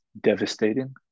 devastating